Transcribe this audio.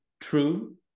true